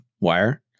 wire